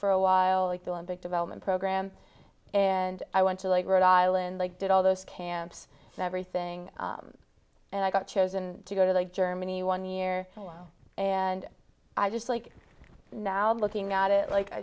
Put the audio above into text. for a while like the one big development program and i went to like rhode island i did all those camps and everything and i got chosen to go to the germany one year and i just like now i'm looking at it like i